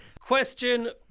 Question